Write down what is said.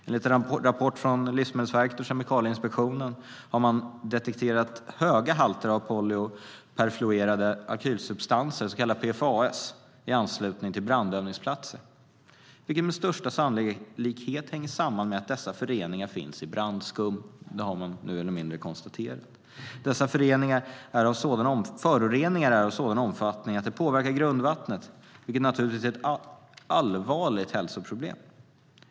Enligt en rapport från Livsmedelsverket och Kemikalieinspektionen har man detekterat höga halter av poly och perfluorerade alkylsubstanser, så kallade PFAS, i anslutning till brandövningsplatser, vilket med största sannolikhet hänger samman med att dessa föreningar finns i brandskum. Det har man mer eller mindre konstaterat. Dessa föroreningar är av en sådan omfattning att de påverkar grundvattnet, vilket är ett allvarligt hälsoproblem.